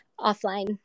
offline